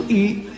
eat